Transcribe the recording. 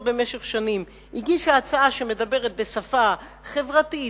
במשך שנים הגישה הצעה שמדברת בשפה חברתית,